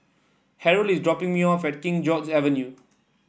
Harrell is dropping me off at King George Avenue